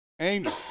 Angel